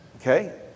Okay